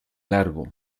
largo